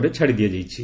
ପରେ ଛାଡ଼ି ଦିଆଯାଇଛି